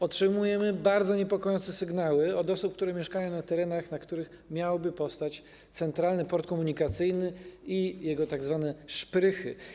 Otrzymujemy bardzo niepokojące sygnały od osób, które mieszkają na terenach, na których miałby powstać Centralny Port Komunikacyjny i jego tzw. szprychy.